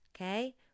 okay